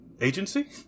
Agency